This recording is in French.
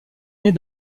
naît